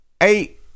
eight